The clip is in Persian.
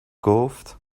گفت